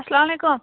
اسلام علیکُم